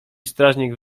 strażnik